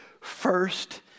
first